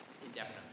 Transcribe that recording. indefinitely